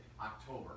October